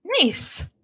Nice